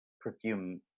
perfume